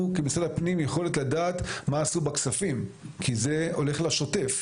כמשרד הפנים יכולת לדעת מה עשו בכספים כי זה הולך לשוטף,